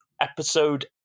episode